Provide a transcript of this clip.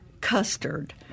custard